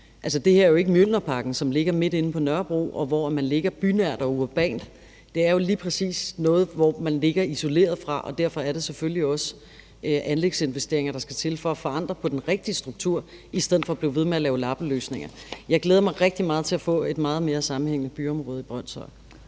er jo ikke Mjølnerparken, som ligger midt inde på Nørrebro, og hvor man ligger bynært og urbant. Det er jo lige præcis noget, hvor man ligger isoleret, og derfor er det selvfølgelig også anlægsinvesteringer, der skal til for at forandre på den rigtige struktur i stedet for at blive ved med at lave lappeløsninger. Jeg glæder mig rigtig meget til at få et meget mere sammenhængende byområde i Brønshøj.